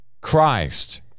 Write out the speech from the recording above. Christ